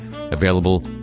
Available